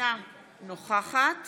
אינה נוכחת